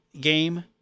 game